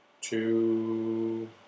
two